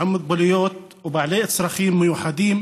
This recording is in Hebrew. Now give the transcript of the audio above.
עם מוגבלויות ובעלי צרכים מיוחדים,